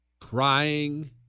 crying